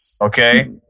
okay